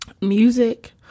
music